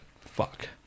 Fuck